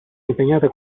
impegnata